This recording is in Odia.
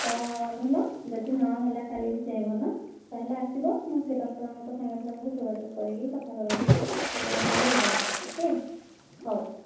ତ ଭଲ ଯଦି ନହେଲା କାଲି ଭିତରେ ଭଲ ତାହେଲେ ଆସିବ ମୁଁ ସେ ଡ଼କ୍ଟରଙ୍କ ସାଙ୍ଗରେ ତମକୁ ଯୋଗାଯୋଗ କରେଇକି କଥା କରେଇଦେବି ତ ତମେ କାଲି ଯିବ ହାରି ଓକେ ହଉ